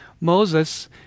Moses